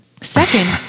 second